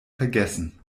vergessen